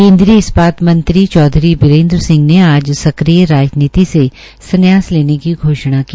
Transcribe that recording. केन्द्रीय इस्पात मंत्री चौधरी बीरेन्द्र सिंह ने आज सक्रिय राजनीति से संन्यास लेने की घोषणा की